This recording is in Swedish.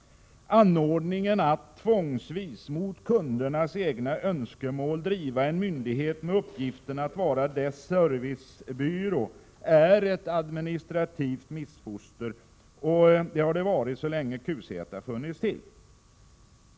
Att tvångsvis, mot kundernas egna önskemål, driva en myndighet med uppgiften att vara en servicebyrå är ett administrativt missfoster. Det har varit det så länge QZ har funnits till.